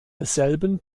desselben